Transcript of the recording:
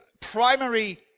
primary